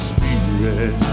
Spirit